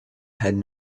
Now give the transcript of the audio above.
had